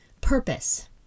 purpose